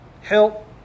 help